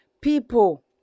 people